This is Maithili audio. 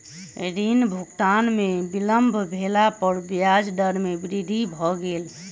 ऋण भुगतान में विलम्ब भेला पर ब्याज दर में वृद्धि भ गेल